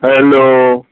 hello